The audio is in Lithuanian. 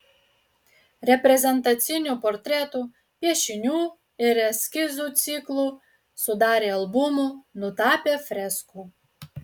reprezentacinių portretų piešinių ir eskizų ciklų sudarė albumų nutapė freskų